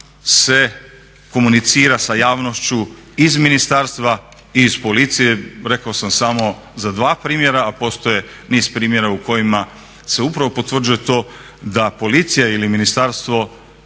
se komunicira sa javnošću, iz ministarstva i iz policije. Rekao sam samo za dva primjera a postoje niz primjera u kojima se upravo potvrđuje to da policija ili ministarstvo